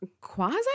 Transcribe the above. quasi